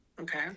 Okay